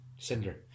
Cinder